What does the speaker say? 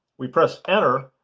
we press enter.